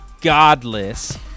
Godless